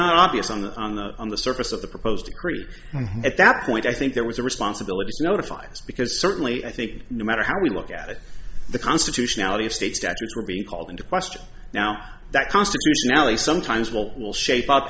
not obvious on the on the surface of the proposed grade at that point i think there was a responsibility notifies because certainly i think no matter how we look at it the constitutionality of state statutes were being called into question now that constitutionally sometimes what will shape up